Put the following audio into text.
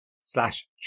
slash